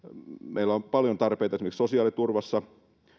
meillä on paljon tarpeita esimerkiksi sosiaaliturvassa